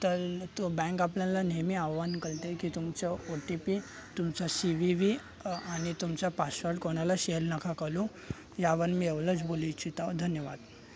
तर तो बँक आपल्याला नेहमी आवाहन करते की तुमचं ओ ती पी तुमचा सी वी वी आणि तुमचा पाशवल कोणाला शेअर नका करू यावर मी एवढंच बोलू इच्छिताे धन्यवाद